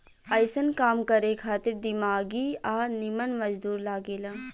अइसन काम करे खातिर दिमागी आ निमन मजदूर लागे ला